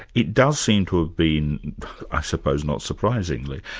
it does seem to have been i suppose not surprisingly,